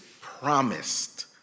promised